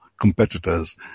competitors